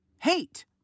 hate